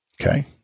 Okay